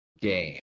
game